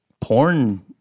porn